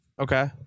Okay